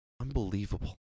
Unbelievable